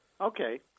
Okay